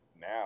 now